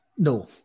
No